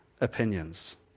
opinions